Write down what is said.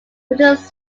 proteus